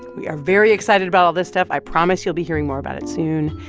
we are very excited about all this stuff. i promise you'll be hearing more about it soon.